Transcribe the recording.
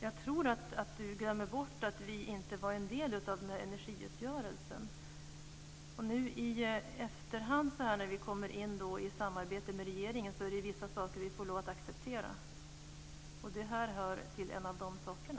Jag tror att Ola Karlsson glömmer bort att vi inte var en del av den här energiuppgörelsen. När vi i efterhand kommer in i ett samarbete med regeringen får vi ju lov att acceptera vissa saker. Det här är en av de sakerna.